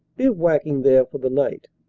bivouacking there for the night.